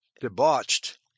debauched